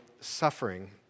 suffering